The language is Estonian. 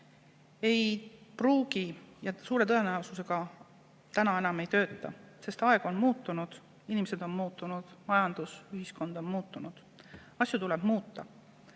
töötada] ja suure tõenäosusega täna enam ei tööta, sest aeg on muutunud, inimesed on muutunud, majandus ja ühiskond on muutunud. Asju tuleb muuta.